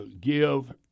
give